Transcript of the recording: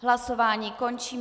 Hlasování končím.